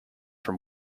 from